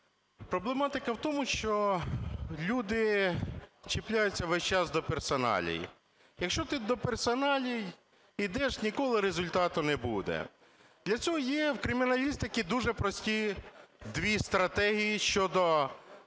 Проблематика в тому, що люди чіпляються весь час до персоналій. Якщо ти до персоналій йдеш, ніколи результату не буде. Для цього є в криміналістиці дуже прості дві стратегії щодо